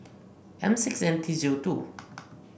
M six N T zero two